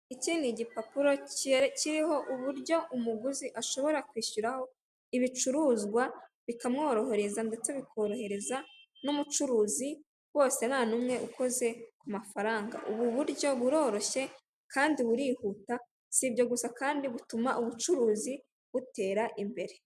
Iki ni igipapuro kiriho uburyo umuguzi ashobora kwishyuraho ibicuruzwa bikamworohereza ndetse bikorohereza n'umucuruzi bose nta numwe ukoze kumafaranga, ubu buryo buroroshye kandi burihuta sibyo gusa kandi butuma ubucuruzi butera imbere.